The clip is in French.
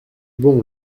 bon